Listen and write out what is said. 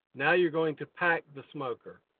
now you're going to pack the smoker.